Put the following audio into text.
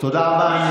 תודה רבה.